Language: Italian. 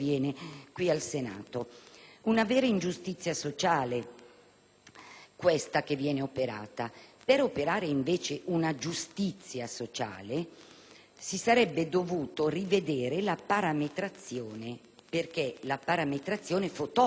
una vera ingiustizia sociale questa che viene operata; per operare invece una giustizia sociale si sarebbe dovuto rivedere la parametrazione, perché quest'ultima fotografa la realtà.